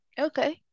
Okay